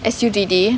S_U_T_D